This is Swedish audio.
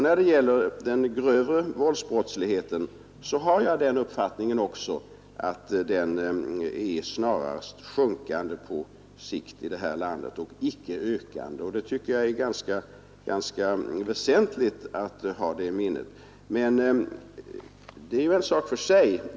När det gäller de grövre våldsbrotten har jag den uppfattningen att antalet sådana på sikt snarast är i sjunkande här i landet, inte ökande. Det tycker jag är ganska väsentligt att ha i minnet. Men det är nu en sak för sig.